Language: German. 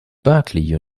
berkeley